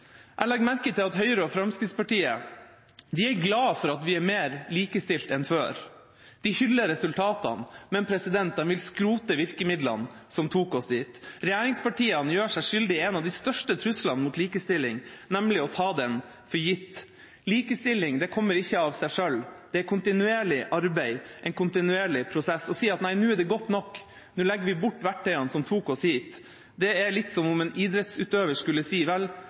Jeg legger merke til at Høyre og Fremskrittspartiet er glad for at vi er mer likestilt enn før. De hyller resultatene, men de vil skrote virkemidlene som tok oss dit. Regjeringspartiene gjør seg skyldig i en av de største truslene mot likestilling, nemlig å ta den for gitt. Likestilling kommer ikke av seg selv, det er et kontinuerlig arbeid, en kontinuerlig prosess. Å si at nå er det godt nok, nå legger vi bort verktøyene som tok oss hit, er litt som om en idrettsutøver skulle si: Vel,